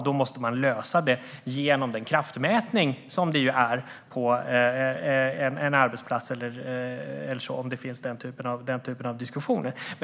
Då måste man lösa det genom den kraftmätning som det är på en arbetsplats om det finns den typen av diskussioner.